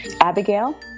Abigail